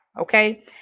okay